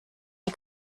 die